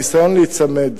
הניסיון להיצמד